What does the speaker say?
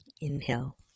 inhale